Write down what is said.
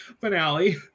finale